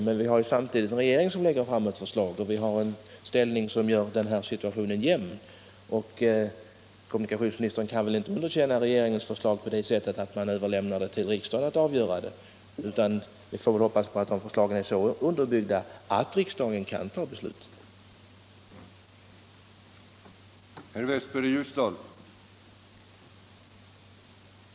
Men vi har samtidigt en regering som lägger fram förslag och vi har en jämn ställning vid omröstningar i riksdagen. Kommunikationsministern kan väl inte underkänna regeringens förslag på det sättet att de bara överlämnas för riksdagens avgörande? Förslagen bör vara så underbyggda att riksdagen kan fatta beslut om dem, och ett positivt sådant.